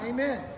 Amen